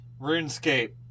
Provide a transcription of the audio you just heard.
RuneScape